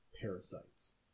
parasites